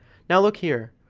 now look here,